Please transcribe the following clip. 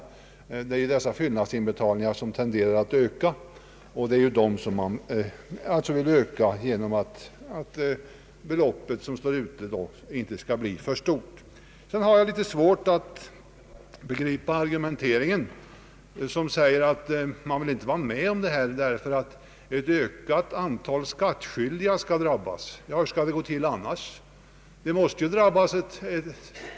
Antalet skattebetalare som gör fyllnadsinbetalningar tenderar att öka, och man vill nu se till att utestående belopp inte blir för stora. Jag har svårt att begripa den argumentering som innebär att man inte vill vara med om detta därför att ett ökat antal skattskyldiga skulle drabbas av räntepåföringar. Hur skall det annars gå till?